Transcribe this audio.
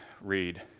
read